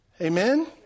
Amen